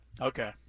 Okay